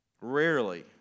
Rarely